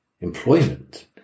employment